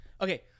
okay